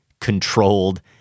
controlled